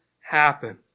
happen